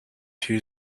two